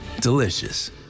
delicious